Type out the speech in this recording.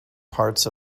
parts